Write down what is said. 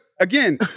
again